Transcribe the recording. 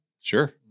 Sure